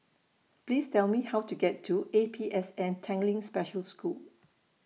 Please Tell Me How to get to A P S N Tanglin Special School